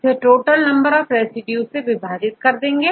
इसे total number of residue से विभाजित करते हैं